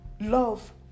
Love